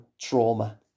trauma